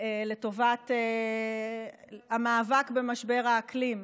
לטובת המאבק במשבר האקלים.